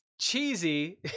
Cheesy